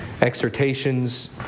exhortations